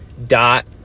dot